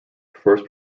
first